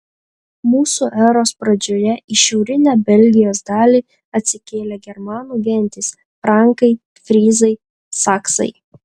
mūsų eros pradžioje į šiaurinę belgijos dalį atsikėlė germanų gentys frankai fryzai saksai